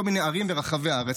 כל מיני ערים ברחבי הארץ,